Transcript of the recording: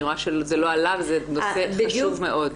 אני רואה שזה לא עלה וזה נושא חשוב מאוד.